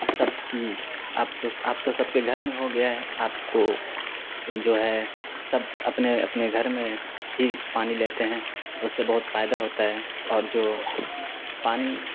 سب کی اب تو سب کے گھر میں ہو گیا ہے آپ کو جو ہے سب اپنے اپنے گھر میں ہی پانی لیتے ہیں اس سے بہت فائدہ ہوتا ہے اور جو پانی